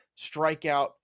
strikeout